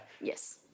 Yes